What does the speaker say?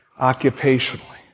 occupationally